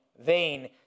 vain